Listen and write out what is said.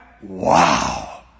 wow